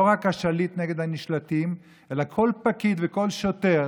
לא רק השליט נגד הנשלטים אלא כל פקיד וכל שוטר